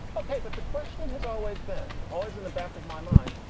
ok but the question has always been always in the back of my mind.